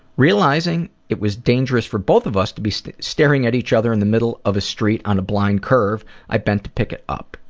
realizing it was dangerous for both of us to be so staring at each other in the middle of the street on a blind curve, i bent to pick it up.